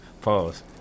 Pause